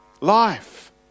life